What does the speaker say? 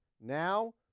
now